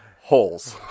Holes